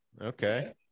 okay